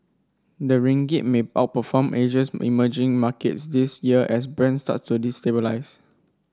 the ringgit may outperform Asia's emerging markets this year as Brent start to